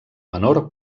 menor